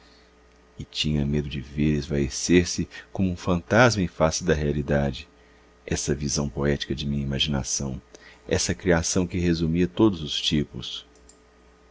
e tinha medo de ver esvaecer se como um fantasma em face da realidade essa visão poética de minha imaginação essa criação que resumia todos os tipos